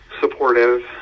supportive